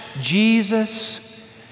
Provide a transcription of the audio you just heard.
Jesus